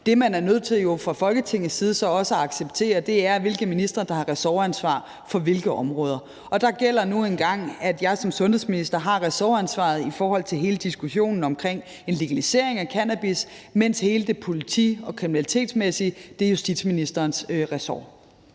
Det, man er nødt til fra Folketingets side at acceptere, er, hvilke ministre der har ressortansvar for hvilke områder. Der gælder nu engang, at jeg som sundhedsminister har ressortansvaret i forhold til hele diskussionen om legalisering af cannabis, mens hele det politi- og kriminalitetsmæssige er justitsministerens ressort.